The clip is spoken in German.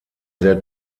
sehr